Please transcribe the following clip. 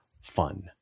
fun